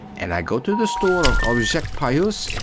and i go to the store of objects pious,